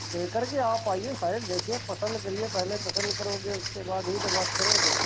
लेकर के आप आईए साइज देखिए पसंद करिए पहले पसंद करोगे उसके बाद ही तो बात करोगे